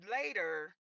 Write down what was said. later